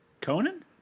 Conan